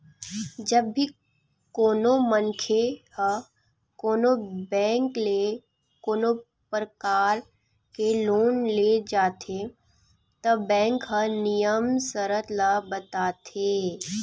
जब भी कोनो मनखे ह कोनो बेंक ले कोनो परकार के लोन ले जाथे त बेंक ह नियम सरत ल बताथे